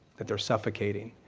that they're suffocating,